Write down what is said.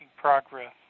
progress